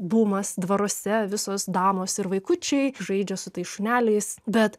bumas dvaruose visos damos ir vaikučiai žaidžia su tais šuneliais bet